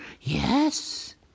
Yes